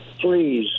Please